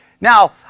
Now